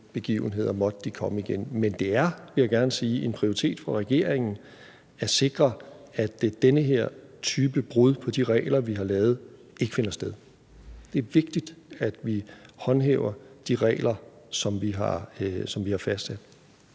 begivenheder, måtte de komme igen. Men det er, vil jeg gerne sige, en prioritet for regeringen at sikre, at den her type brud på de regler, vi har lavet, ikke finder sted. Det er vigtigt, at vi håndhæver de regler, som vi har fastsat.